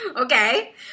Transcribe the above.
Okay